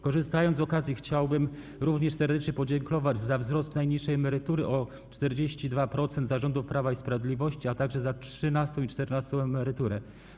Korzystając z okazji, chciałbym również serdecznie podziękować za wzrost najniższej emerytury o 42% za rządów Prawa i Sprawiedliwości, a także za trzynastą i czternastą emeryturę.